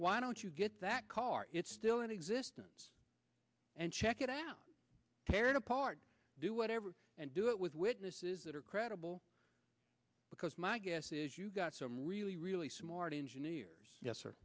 why don't you get that car it's still in existence and check it out tearing apart do whatever and do it with witnesses that are credible because my guess is you got some really really smart engineers yes